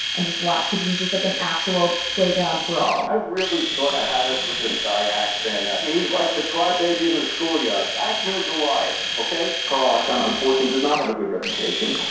and just watched because it was just like an actual playground brawl i've really sort of had it with this guy, ackman. ah he's like the crybaby in the schoolyard. ackman is a liar, ok? carl icahn unfortunately does not have a good reputation.